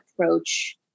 approach